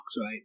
right